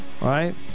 Right